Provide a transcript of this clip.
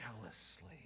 jealously